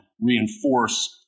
reinforce